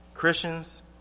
Christians